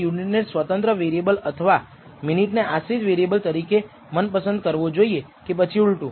β̂1 ને ડેટામાંથી અંદાજ લગાવી શકાય છે β̂1 ને ડેટામાંથી અંદાજ લગાવી શકાય છે